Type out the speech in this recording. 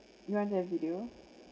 you want to have video